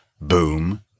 Boom